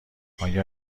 آیا